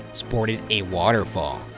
sported a waterfall.